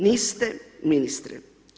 Niste ministre.